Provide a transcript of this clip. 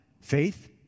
faith